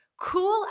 cool